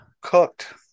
Cooked